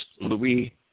Louis